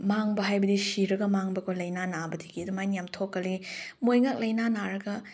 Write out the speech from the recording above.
ꯃꯥꯡꯕ ꯍꯥꯏꯕꯗꯤ ꯁꯤꯔꯥꯒ ꯃꯥꯡꯕꯀꯣ ꯂꯥꯏꯅꯥ ꯅꯥꯕꯗꯒꯤ ꯑꯗꯨꯃꯥꯏꯅ ꯌꯥꯝ ꯊꯣꯛꯀꯜꯂꯤ ꯃꯣꯏ ꯉꯥꯛ ꯂꯥꯏꯅꯥ ꯅꯥꯔꯒ